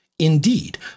Indeed